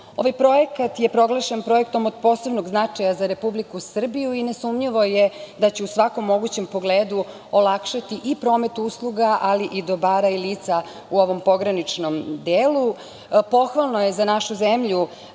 Ovaj projekat je proglašen projektom od posebnom značaja za Republiku Srbiju i nesumnjivo je da će u svakom mogućem pogledu olakšati i promet usluga, ali i dobara i lica u ovom pograničnom delu. Pohvalno je za našu zemlju